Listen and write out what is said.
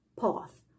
path